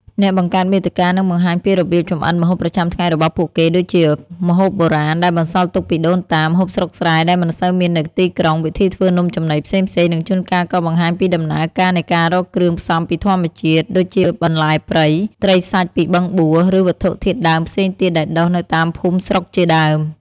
អ្នកបង្កើតមាតិកានឹងបង្ហាញពី របៀបចម្អិនម្ហូបប្រចាំថ្ងៃរបស់ពួកគេ ដូចជា ម្ហូបបុរាណដែលបន្សល់ទុកពីដូនតា ម្ហូបស្រុកស្រែដែលមិនសូវមាននៅទីក្រុង វិធីធ្វើនំចំណីផ្សេងៗ និងជួនកាលក៏បង្ហាញពីដំណើរការនៃការរកគ្រឿងផ្សំពីធម្មជាតិ ដូចជាបន្លែព្រៃ ត្រីសាច់ពីបឹងបួ ឬវត្ថុធាតុដើមផ្សេងទៀតដែលដុះនៅតាមភូមិស្រុកជាដើម។